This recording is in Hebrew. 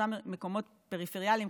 אותם מקומות פריפריאליים,